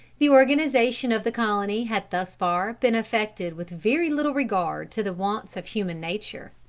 the organization of the colony had thus far been effected with very little regard to the wants of human nature.